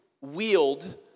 wield